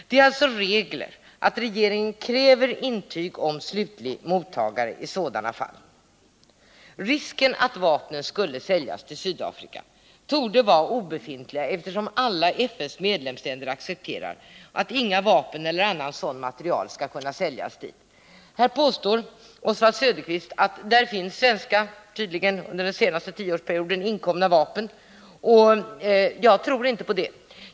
Det är alltså regel att regeringen kräver intyg om slutlig mottagare i sådana fall. Risken att vapnen skulle säljas till Sydafrika torde vara obefintlig, eftersom alla FN:s medlemsländer accepterar att inga vapen eller annan liknande materiel skall kunna säljas dit. Oswald Söderqvist påstår att där finns svenska vapen, som tydligen kommit in under den senaste tioårsperioden. Jag tror inte på det.